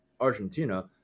Argentina